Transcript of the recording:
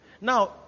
Now